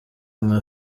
nka